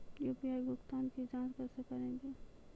UPI भुगतान की जाँच कैसे करेंगे?